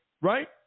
Right